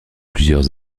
plusieurs